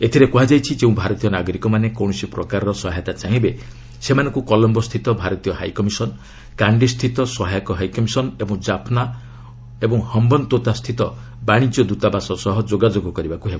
ଏଥିରେ କୁହାଯାଇଛି ଯେଉଁ ଭାରତୀୟ ନାଗରିକମାନେ କୌଣସି ପ୍ରକାରର ସହାୟତା ଚାହିଁବେ ସେମାନଙ୍କୁ କଲମ୍ବୋ ସ୍ଥିତ ଭାରତୀୟ ହାଇକମିଶନ୍ କାଣ୍ଡି ସ୍ଥିତ ସହାୟକ ହାଇକମିଶନ୍ ଓ କାଫ୍ନା ଏବଂ ହୟନତୋତା ସ୍ଥିତ ବାଣିଜ୍ୟ ଦୂତାବାସ ସହ ଯୋଗାଯୋଗ କରିବାକୁ ହେବ